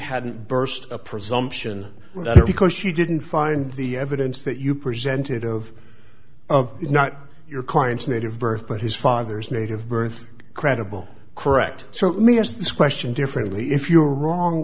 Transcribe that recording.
hadn't burst a presumption because she didn't find the evidence that you presented of not your client's native birth but his father's native birth credible correct so let me ask this question differently if you're wrong